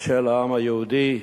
קשה לעם היהודי,